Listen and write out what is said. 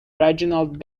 reginald